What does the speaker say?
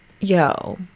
Yo